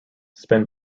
spin